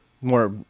more